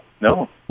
no